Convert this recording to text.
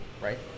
Right